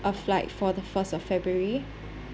a flight for the first of february